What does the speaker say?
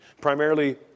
primarily